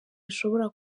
bishobora